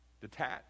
detached